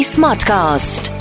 Smartcast